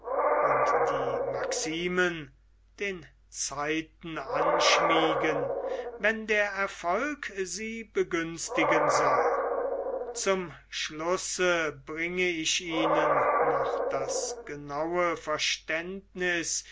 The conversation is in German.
und die maximen den zeiten anschmiegen wenn der erfolg sie begünstigen soll zum schlusse bringe ich ihnen noch das genaue verständniß